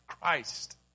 Christ